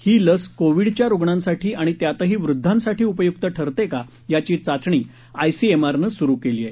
ही लस कोविडच्या रुग्णांसाठी आणि त्यातही वृद्वांसाठी उपयुक्त ठरते का याची चाचणी आयसीएमआर नं सुरू केली आहे